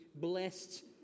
blessed